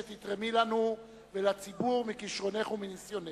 שתתרמי לנו ולציבור מכשרונך ומניסיונך.